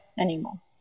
anymore